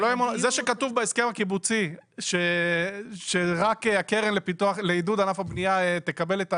זה שכתוב בהסכם הקיבוצי שרק הקרן לעידוד ענף הבנייה תקבל,